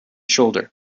shoulder